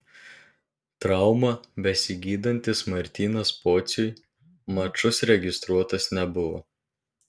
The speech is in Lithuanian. traumą besigydantis martynas pociui mačus registruotas nebuvo